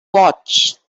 watch